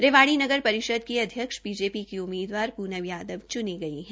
रेवाड़ी नगर परिषद की अध्यक्ष बीजेपी की उममीदवार पूनम यादव च्नी गई है